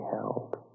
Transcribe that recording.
held